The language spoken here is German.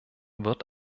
wird